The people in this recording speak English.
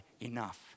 enough